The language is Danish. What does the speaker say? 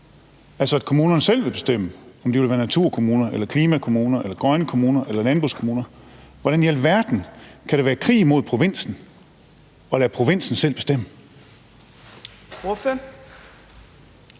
altså at kommunerne selv kan bestemme, om de vil være naturkommuner, klimakommuner, grønne kommuner eller landbrugskommuner. Hvordan i alverden kan det være krig imod provinsen at lade provinsen selv bestemme? Kl.